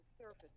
surface